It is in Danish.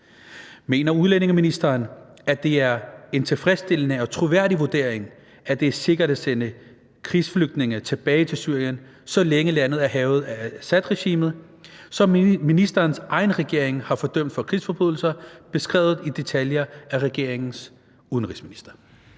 Mener udlændingeministeren så, at det er en tilfredsstillende og troværdig vurdering, og at det er sikkert at sende krigsflygtninge tilbage til Syrien, så længe landet er hærget af Assadregimet, som ministerens egen regering har fordømt for krigsforbrydelser beskrevet i detaljer af regeringens udenrigsminister?